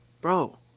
bro